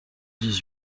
dix